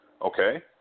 Okay